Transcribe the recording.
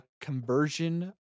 conversion